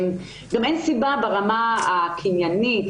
גם אין סיבה ברמה הקניינית,